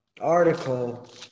article